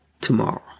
tomorrow